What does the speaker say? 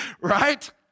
Right